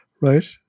right